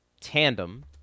tandem